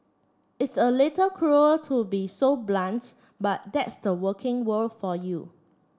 it's a little cruel to be so blunt but that's the working world for you